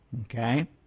Okay